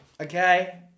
Okay